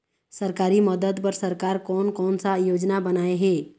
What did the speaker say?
सरकारी मदद बर सरकार कोन कौन सा योजना बनाए हे?